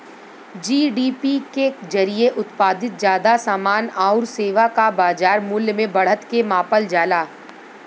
GDP के जरिये उत्पादित जादा समान आउर सेवा क बाजार मूल्य में बढ़त के मापल जाला